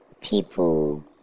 people